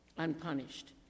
unpunished